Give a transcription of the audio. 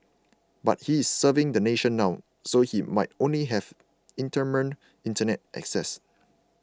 but he is serving the nation now so he might only have intermittent Internet access